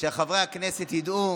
שחברי הכנסת ידעו